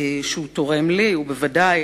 שהוא תורם לי, ובוודאי